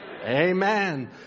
Amen